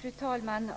Fru talman!